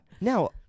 Now